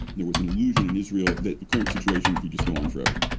there was an illusion in israel that the current situation could just go on forever.